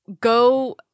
go